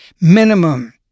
minimum